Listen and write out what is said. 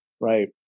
right